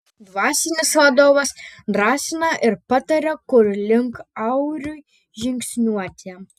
dvasinis vadovas drąsina ir pataria kur link auriui žingsniuoti